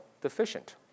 deficient